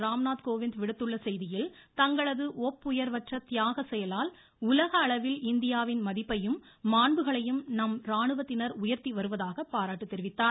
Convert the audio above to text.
ராம்நாத் கோவிந்த் விடுத்துள்ள செய்தியில் தங்களது ஒப்புயர்வற்ற தியாக செயலால் உலக அளவில் இந்தியாவின் மதிப்பையும் மாண்புகளையும் நம் ராணுவத்தினர் உயர்த்தி வருவதாக பாராட்டு தெரிவித்துள்ளார்